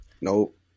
Nope